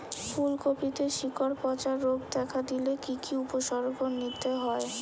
ফুলকপিতে শিকড় পচা রোগ দেখা দিলে কি কি উপসর্গ নিতে হয়?